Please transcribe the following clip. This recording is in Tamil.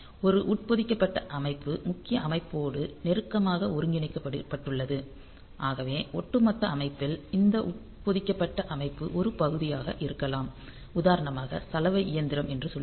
ஒரு உட்பொதிக்கப்பட்ட அமைப்பு முக்கிய அமைப்போடு நெருக்கமாக ஒருங்கிணைக்கப்பட்டுள்ளது ஆகவே ஒட்டுமொத்த அமைப்பில் இந்த உட்பொதிக்கப்பட்ட அமைப்பு ஒரு பகுதியாக இருக்கலாம் உதாரணமாக சலவை இயந்திரம் என்று சொல்லுங்கள்